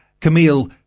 Camille